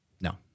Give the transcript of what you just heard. No